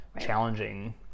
challenging